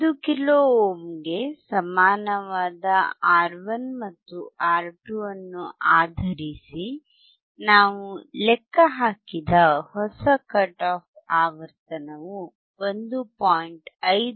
1 kilo ಓಮ್ಗೆ ಸಮಾನವಾದ R 1 ಮತ್ತು ಆರ್ 2 ಅನ್ನು ಆಧರಿಸಿ ನಾವು ಲೆಕ್ಕ ಹಾಕಿದ ಹೊಸ ಕಟ್ ಆಫ್ ಆವರ್ತನವು 1